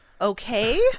okay